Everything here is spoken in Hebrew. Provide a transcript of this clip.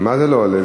מה זה לא עולה?